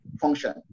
function